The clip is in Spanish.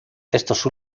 estos